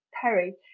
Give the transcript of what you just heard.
Perry